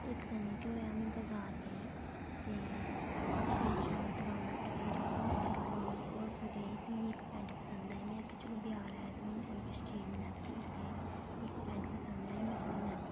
इक्क दिन केह् होया में बजार गेई ते चार दकान पर गेई ते जेल्लै में उत्थै गेई ते मिगी इक पैंट पसंद आई में आखेआ चलो बजार आए ते में कुछ लेई गै लैन्नी आं ते मिगी इक पैंट पसंद आई में ओह् लेई लैती